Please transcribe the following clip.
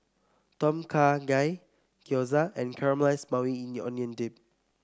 Tom Kha Gai Gyoza and Caramelized Maui Onion Dip